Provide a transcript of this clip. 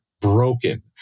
broken